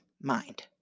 mind